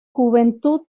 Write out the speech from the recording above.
juventud